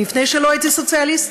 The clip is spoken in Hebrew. מפני שלא הייתי סוציאליסט,